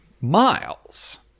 miles